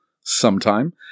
sometime